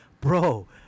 bro